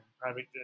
private